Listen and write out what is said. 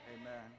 Amen